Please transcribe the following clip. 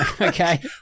Okay